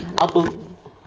apa